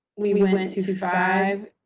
we we want and to survive,